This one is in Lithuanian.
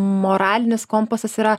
moralinis kompasas yra